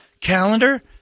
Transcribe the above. calendar